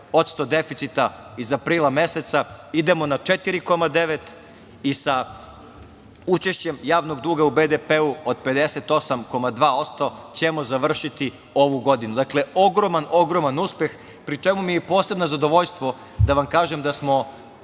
6,9% deficita iz aprila meseca, idemo na 4,9% i sa učešćem javnog duga u BDP-u od 58,2% ćemo završiti ovu godinu. Ogroman, ogroman uspeh, pri čemu mi je posebno zadovoljstvo da vam kažem da smo,